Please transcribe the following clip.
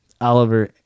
Oliver